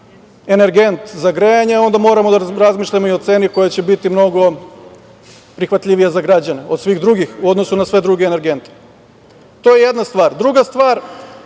energent za grejanje, onda moramo da razmišljamo i o ceni koja će biti mnogo prihvatljivija za građane u odnosu na sve druge energente. To je jedna stvar. Druga stvar,